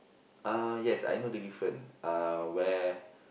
uh yes I know the different uh where